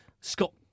Scott